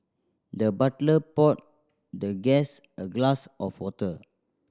the butler poured the guest a glass of water